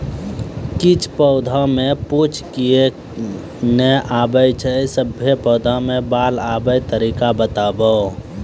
किछ पौधा मे मूँछ किये नै आबै छै, सभे पौधा मे बाल आबे तरीका बताऊ?